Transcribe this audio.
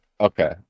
okay